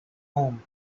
home